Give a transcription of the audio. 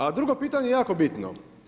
A drugo pitanje je jako bitno.